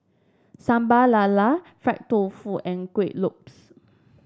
Sambal Lala fried doufu and Kueh Lopes